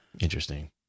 Interesting